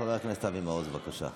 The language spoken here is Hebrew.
חבר הכנסת אבי מעוז, בבקשה.